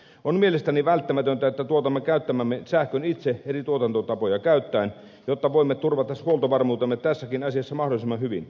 on mielestäni välttämätöntä että tuotamme käyttämämme sähkön itse eri tuotantotapoja käyttäen jotta voimme turvata huoltovarmuutemme tässäkin asiassa mahdollisimman hyvin